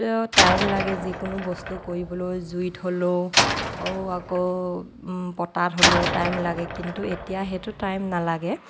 time লাগে যিকোনো বস্তু কৰিবলৈ জুইত হ'লেও অ আকৌ পটাত হ'লেও টাইম লাগে কিন্তু এতিয়া সেইটো টাইম নালাগে